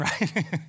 right